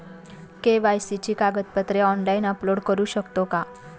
KYC ची कागदपत्रे online upload करू शकतो का?